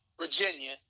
Virginia